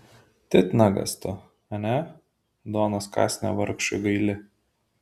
titnagas tu ane duonos kąsnio vargšui gaili